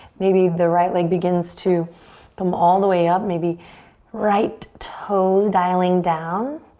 maybe the right leg begins to come all the way up. maybe right toes dialing down.